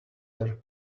their